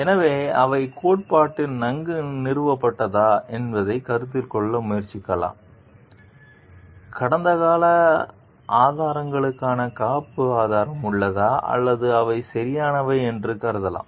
எனவே அவை கோட்பாட்டில் நன்கு நிறுவப்பட்டதா என்பதைக் கருத்தில் கொள்ள முயற்சிக்காமல் கடந்த கால ஆதாரங்களுக்கான காப்பு ஆதரவு உள்ளதா அல்லது அவை சரியானவை என்று கருதலாம்